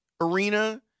arena